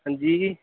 आंजी